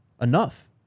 enough